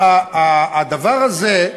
הדבר הזה,